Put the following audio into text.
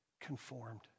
conformed